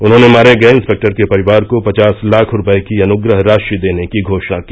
उन्होंने मारे गए इंसपेक्टर के परिवार को पचास लाख रूपए की अनुग्रह राशि देने की घोषणा की